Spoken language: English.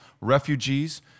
refugees